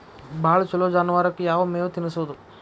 ಭಾಳ ಛಲೋ ಜಾನುವಾರಕ್ ಯಾವ್ ಮೇವ್ ತಿನ್ನಸೋದು?